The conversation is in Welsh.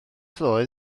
ddoe